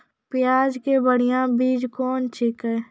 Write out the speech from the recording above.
प्याज के बढ़िया बीज कौन छिकै?